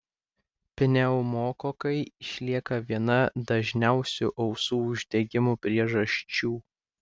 pneumokokai išlieka viena dažniausių ausų uždegimo priežasčių